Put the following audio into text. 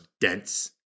dense